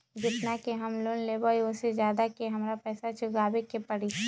जेतना के हम लोन लेबई ओ से ज्यादा के हमरा पैसा चुकाबे के परी?